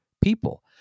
people